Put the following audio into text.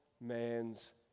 man's